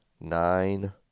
nine